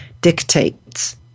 dictates